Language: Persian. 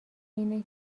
اینه